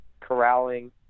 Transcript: corralling